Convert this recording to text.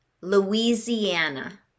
Louisiana